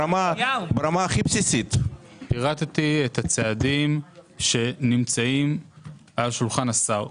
ברמה הכי בסיסית פירטתי את הצעדים שנמצאים על שולחן השר.